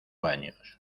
años